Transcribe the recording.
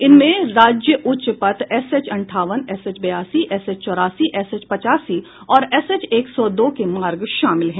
इनमें राज्य उच्च पथ एसएच अंठावन एसएच बयासी एसएच चौरासी एसएच पचासी और एसएच एक सौ दो के मार्ग शामिल हैं